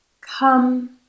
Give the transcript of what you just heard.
Come